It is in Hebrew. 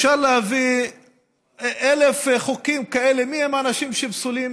אפשר להביא אלף חוקים כאלה מיהם האנשים שפסולים